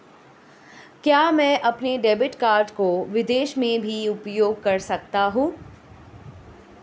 क्या मैं अपने डेबिट कार्ड को विदेश में भी उपयोग कर सकता हूं?